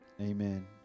amen